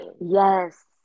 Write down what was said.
yes